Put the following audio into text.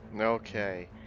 Okay